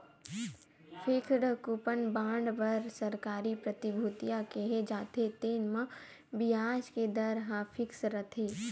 fixed coupon bond बर सरकारी प्रतिभूतिया केहे जाथे, तेन म बियाज के दर ह फिक्स रहिथे